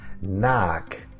knock